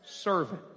servant